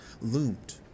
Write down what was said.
loomed